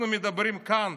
אנחנו מדברים כאן,